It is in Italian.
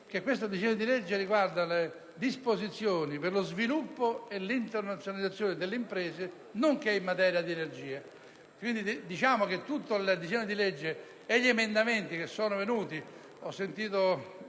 che il disegno di legge riguarda disposizioni per lo sviluppo e l'internazionalizzazione delle imprese, nonché in materia di energia.